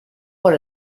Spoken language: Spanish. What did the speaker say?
por